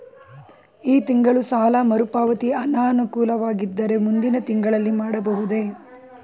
ಈ ತಿಂಗಳು ಸಾಲ ಮರುಪಾವತಿ ಅನಾನುಕೂಲವಾಗಿದ್ದರೆ ಮುಂದಿನ ತಿಂಗಳಲ್ಲಿ ಮಾಡಬಹುದೇ?